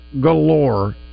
galore